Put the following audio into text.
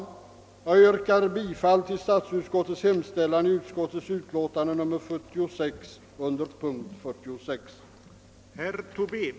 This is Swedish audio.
Jag yrkar bifall till statsutskottets hemställan i utskottets utlåtande nr 46 under punkt 46.